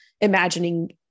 imagining